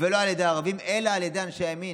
ולא על ידי ערבים אלא על ידי אנשי ימין.